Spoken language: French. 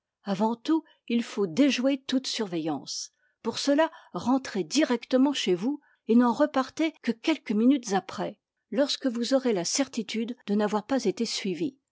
avant tout il faut déjouer toute surveillance pour cela rentrez directement chez vous et n'en repartez que quelques minutes après lorsque vous aurez la certitude de n'avoir pas été suivi